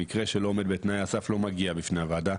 מקרה שלא עומד בתנאי הסף לא מגיע בפני הוועדה,